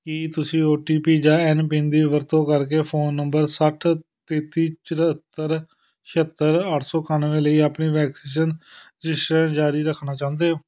ਕੀ ਤੁਸੀਂ O T P ਜਾਂ M PIN ਦੀ ਵਰਤੋਂ ਕਰਕੇ ਫ਼ੋਨ ਨੰਬਰ ਸੱਠ ਤੇਤੀ ਚੁਹੱਤਰ ਛਿਅੱਤਰ ਅੱਠ ਸੋ ਇਕਾਨਵੇਂ ਲਈ ਆਪਣੀ ਵੈਕਸੈਸ਼ਨ ਰਜਿਸਟ੍ਰੇਸ਼ਨ ਜਾਰੀ ਰੱਖਣਾ ਚਾਹੁੰਦੇ ਹੋ